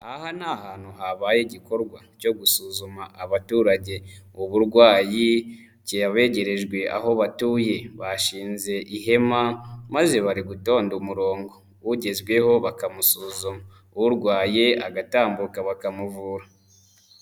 Aha ni ahantu habaye igikorwa cyo gusuzuma abaturage uburwayi, cyabegerejwe aho batuye. Bashinze ihema maze bari gutonda umurongo. Ugezweho bakamusuzuma. Urwaye agatambuka bakamuvura.